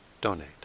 donate